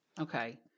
Okay